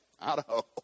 Idaho